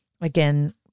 again